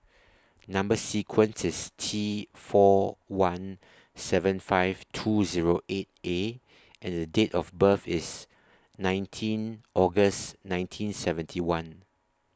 Number sequence IS T four one seven five two Zero eight A and The Date of birth IS nineteen August nineteen seventy one